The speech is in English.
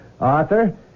Arthur